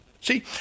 See